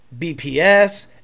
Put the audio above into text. BPS